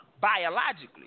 biologically